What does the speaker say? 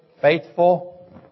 faithful